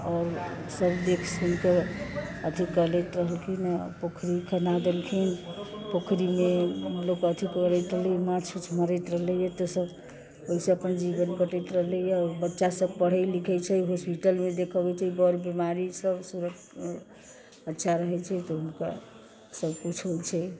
आओर सब देख सुन के अथी केलैथ रहलखिन हँ पोखरि खुना देलखिन हँ पोखरि मे लोग अथी करैत रहले माछ उछ मारैत रहलै हँ तऽ सब ओहिसे अपन जीवन कटैत रहलै यऽ बच्चा सब पढ़यै लिखयै छै होस्पिटल मे देखबै छै बर बीमारी सब अच्छा रहय छै त हुनका सब कुछ होय छै